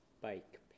bike